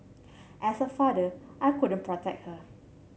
as a father I couldn't protect her